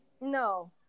no